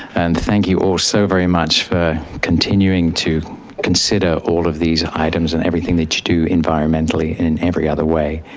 and thank you all so very much for continuing to consider all of these items and everything that you do environmentally in every other way,